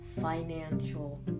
financial